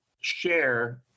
share